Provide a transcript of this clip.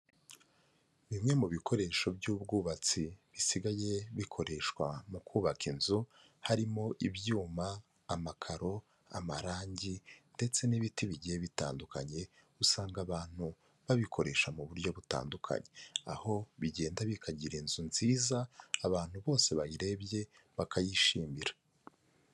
Bimwe mu bikoresho by'ubwubatsi bisigaye bikoreshwa mu kubaka inzu, harimo ibyuma, amakaro, amarangi ndetse n'ibiti bigiye bitandukanye, usanga abantu babikoresha muburyo butandukanye, aho bigenda bikagira inzu nziza, abantu bose bayirebye bakayishimira.